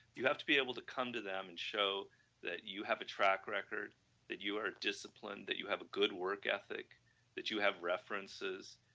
you have to be able to come to them and show that you have the track record that you are discipline, that you have a good work ethic that you have references,